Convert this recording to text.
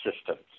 systems